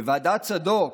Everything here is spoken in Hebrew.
בוועדת צדוק,